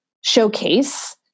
showcase